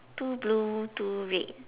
two blue two red